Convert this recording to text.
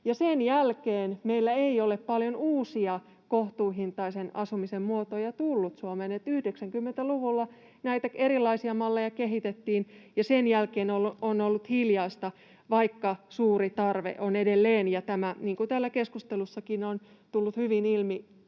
sen jälkeen meillä ei ole paljon uusia kohtuuhintaisen asumisen muotoja tullut Suomeen. 90-luvulla näitä erilaisia malleja kehitettiin, ja sen jälkeen on ollut hiljaista, vaikka tarve on edelleen suuri. Ja niin kuin täällä keskustelussakin on tullut hyvin ilmi,